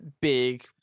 big